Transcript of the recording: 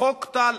וחוק טל,